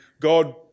God